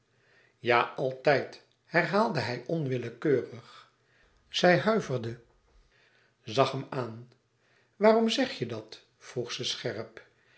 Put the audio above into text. ja altijd herhaalde hij onwillekeurig zij huiverde zag hem aan waarom zeg je dat vroeg ze scherp